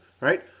right